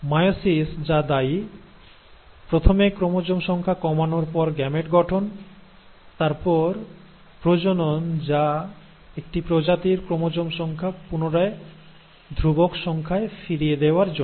meiosis যা দায়ী প্রথমে ক্রোমোজোম সংখ্যা কমানোর পর গ্যামেট গঠন তারপর প্রজনন যা একটি প্রজাতির ক্রোমোজোম সংখ্যা পুনরায় ধ্রুবক সংখ্যায় ফিরিয়ে দেওয়ার জন্য